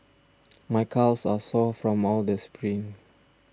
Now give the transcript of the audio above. my calves are sore from all the sprints